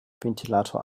ventilator